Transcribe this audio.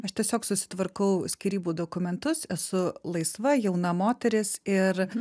aš tiesiog susitvarkau skyrybų dokumentus esu laisva jauna moteris ir